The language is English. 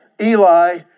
Eli